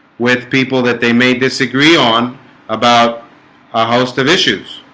with people that they may disagree on about a host of issues